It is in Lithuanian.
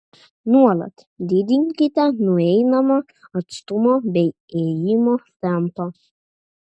nuolat didinkite nueinamą atstumą bei ėjimo tempą